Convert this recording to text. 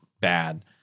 bad